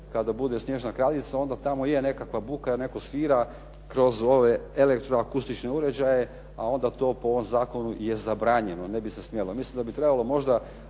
kada bude "Snježna kraljica" onda tamo je nekakva buka i netko svira kroz ove elektroakustičke uređaje, a onda to po ovom zakonu je zabranjeno, ne bi se smjelo. Mislim da bi trebalo možda